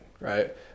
Right